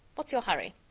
what's your hurry?